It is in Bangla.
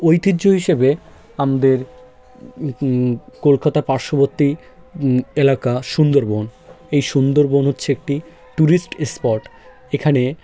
ঐতিহ্য হিসাবে আমাদের কলকাতা পার্শ্ববর্তী এলাকা সুন্দরবন এই সুন্দরবন হচ্ছে একটি ট্যুরিস্ট স্পট এখানে